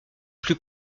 plus